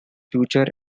future